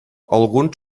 algun